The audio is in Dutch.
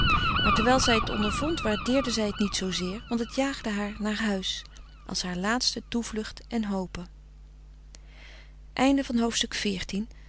maar terwijl zij t ondervond waardeerde zij het niet zoozeer want het jaagde haar naar huis als haar laatste toevlucht en hope